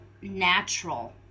natural